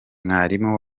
mwarimu